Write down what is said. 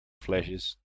Flashes